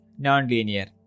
nonlinear